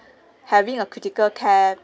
having a critical care